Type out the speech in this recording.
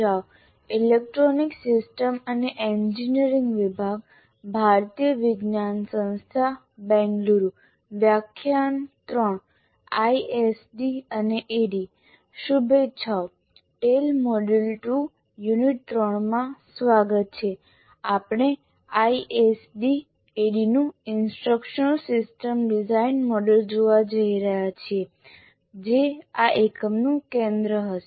Rao electronic systems engineering વિભાગ ભારતીય વિજ્ઞાન સંસ્થા બેંગલુરુ વ્યાખ્યાન 03 ISD અને ADDIE શુભેચ્છાઓ ટેલ મોડ્યુલ 2 યુનિટ 3 માં સ્વાગત છે આપણે ISD ADDIE નું ઇન્સ્ટ્રક્શનલ સિસ્ટમ ડિઝાઇન મોડેલ જોવા જઈ રહ્યા છીએ જે આ એકમનું કેન્દ્ર હશે